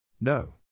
No